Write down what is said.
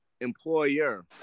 employer